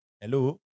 Hello